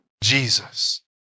Jesus